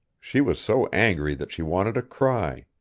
she was so angry that she wanted to cry.